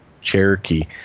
Cherokee